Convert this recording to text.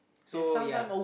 so ya